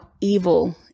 evil